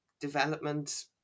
development